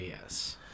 yes